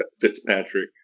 Fitzpatrick